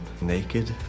naked